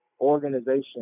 organization